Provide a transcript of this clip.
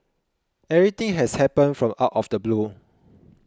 everything has happened from out of the blue